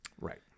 Right